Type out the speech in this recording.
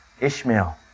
Ishmael